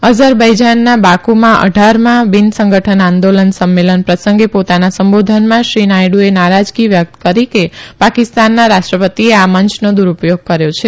અજરવૈજાનના વાકુમાં અઢારમાં બિન સંગઠન આંદોલન સંમેલન પ્રસંગે પોતાના સંબોધનમાં શ્રી નાયડુએ નારાજગી વ્યકત કરી કે પાકીસ્તાનના રાષ્ટ્રપતિએ આ મંયનો દુરપયોગ કર્યો છે